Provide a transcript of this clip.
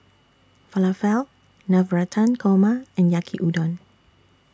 Falafel Navratan Korma and Yaki Udon